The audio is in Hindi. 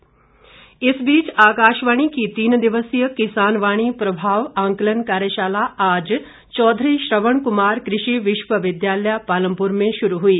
कृषि इस बीच आकाशवाणी की तीन दिवसीय किसानवाणी प्रभाव आकंलन कार्यशाला आज चौधरी श्रवण कुमार कृषि विश्वविद्यालय पालमपुर में शुरू हुई